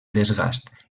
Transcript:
desgast